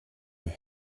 your